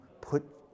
put